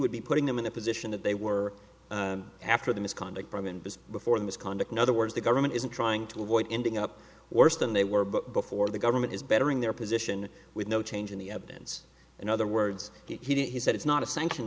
would be putting them in the position that they were after the misconduct from n b c before the misconduct in other words the government isn't trying to avoid ending up worse than they were before the government is bettering their position with no change in the evidence in other words he said it's not a sanction